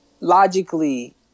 Logically